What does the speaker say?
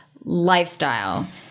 lifestyle